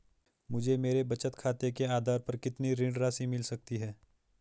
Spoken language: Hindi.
मुझे मेरे बचत खाते के आधार पर कितनी ऋण राशि मिल सकती है?